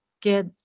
get